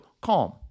CALM